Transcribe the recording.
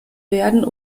werden